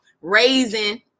raising